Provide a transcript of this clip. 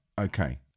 okay